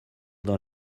dans